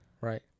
Right